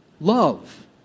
Love